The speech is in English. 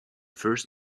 first